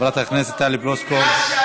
היה ריבוי של